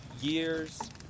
years